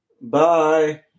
Bye